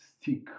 stick